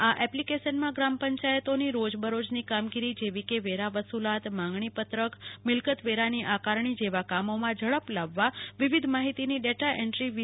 આ એપ્લિકેશનમાં ગ્રામ પંચાયતોની રોજબરોજની કામગીરી જેવી કે વેરા વસુલાત માંગણીપત્રક મિલકત વેરાની આકારણી જેવા કામોમાં ઝડપ લાવવા વિવિધ માહિતીની ડેટા એન્દ્રી વી